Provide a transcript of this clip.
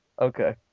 okay